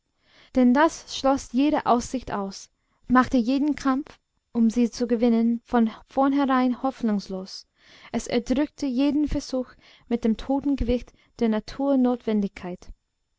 denn das schloß jede aussicht aus machte jeden kampf um sie zu gewinnen von vornherein hoffnungslos es erdrückte jeden versuch mit dem toten gewicht der